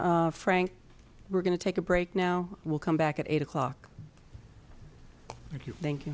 frank we're going to take a break now we'll come back at eight o'clock thank you thank